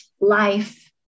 life